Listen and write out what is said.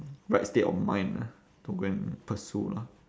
right state of mind ah to go and pursue lah